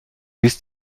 bis